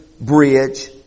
bridge